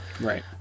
Right